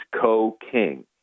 co-king